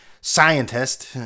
scientist